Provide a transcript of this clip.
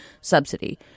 subsidy